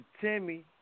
Timmy